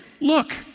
look